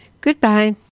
Goodbye